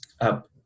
up